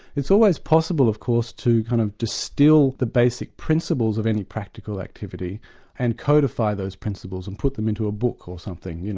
it's always possible of course to kind of distil the basic principles of any practical activity and codify those principles and put them into a book or something. you know